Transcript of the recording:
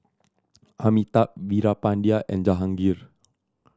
Amitabh Veerapandiya and Jahangir